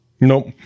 nope